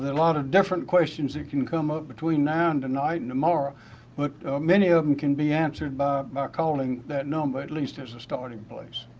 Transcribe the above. lot of different questions that can come up between now and tonight and tomorrow but many of them can be answered by calling that number at least there is a starting place.